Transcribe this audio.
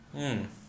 mm